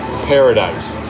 paradise